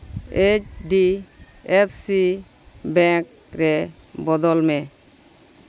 H D F C bank ᱨᱮ ᱵᱚᱫᱚᱞ ᱢᱮ